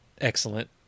excellent